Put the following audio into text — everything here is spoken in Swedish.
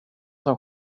som